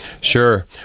sure